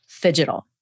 fidgetal